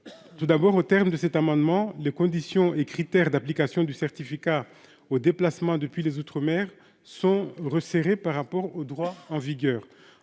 tout d'abord, au terme de cet amendement des conditions et critères d'application du certificat au déplacement depuis les outre-mer sont resserrés par rapport au droit en vigueur